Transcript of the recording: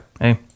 hey